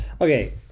Okay